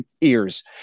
ears